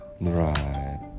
Right